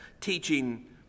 teaching